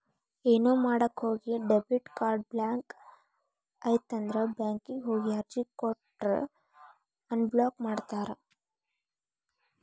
ಏನೋ ಮಾಡಕ ಹೋಗಿ ಡೆಬಿಟ್ ಕಾರ್ಡ್ ಬ್ಲಾಕ್ ಆಯ್ತಂದ್ರ ಬ್ಯಾಂಕಿಗ್ ಹೋಗಿ ಅರ್ಜಿ ಕೊಟ್ರ ಅನ್ಬ್ಲಾಕ್ ಮಾಡ್ತಾರಾ